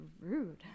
rude